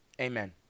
Amen